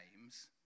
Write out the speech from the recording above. names